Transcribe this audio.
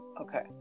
Okay